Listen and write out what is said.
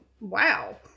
wow